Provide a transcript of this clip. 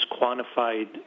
quantified